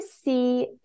see